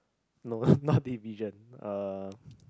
no not division uh